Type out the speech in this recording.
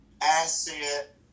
asset